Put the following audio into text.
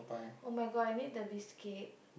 oh my god I need the biscuit